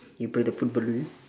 you play the football